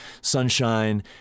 sunshine